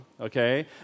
okay